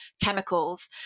chemicals